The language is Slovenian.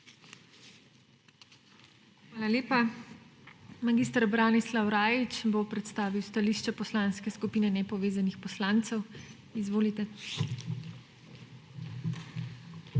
Hvala lepa. Mag. Branislav Rajić bo predstavil stališče Poslanske skupine nepovezanih poslancev. Izvolite. **MAG.